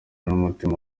n’umutima